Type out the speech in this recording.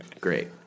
Great